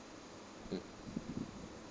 mm